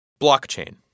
Blockchain